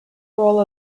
role